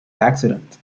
accident